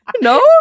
No